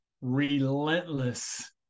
relentless